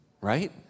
right